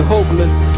Hopeless